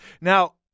Now